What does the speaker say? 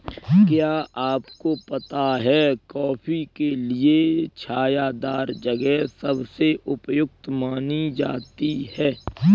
क्या आपको पता है कॉफ़ी के लिए छायादार जगह सबसे उपयुक्त मानी जाती है?